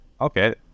Okay